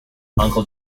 uncle